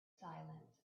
silence